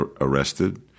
arrested